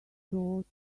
thought